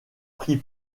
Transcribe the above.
prit